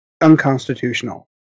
unconstitutional